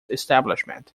establishment